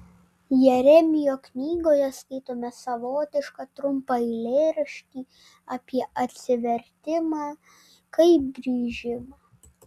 jeremijo knygoje skaitome savotišką trumpą eilėraštį apie atsivertimą kaip grįžimą